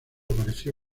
apareció